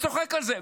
וצוחק על זה.